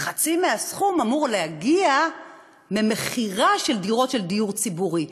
חצי מהסכום אמור להגיע ממכירה של דירות של דיור ציבורי.